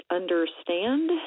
understand